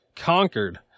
Conquered